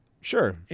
Sure